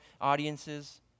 audiences